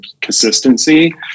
consistency